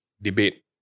Debate